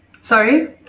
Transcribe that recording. Sorry